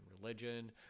religion